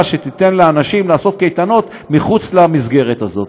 שתיתן לאנשים לעשות קייטנות מחוץ למסגרת הזאת,